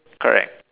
correct